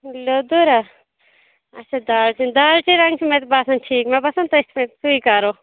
لیوٚدُرا اَچھا دالچیٖن دالچیٖن رَنٛگ چھُ مےٚ تہِ باسان ٹھیٖک مےٚ باسان تٔتھۍ پٮ۪ٹھ سُے کَرو